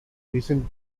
recent